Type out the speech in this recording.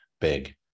big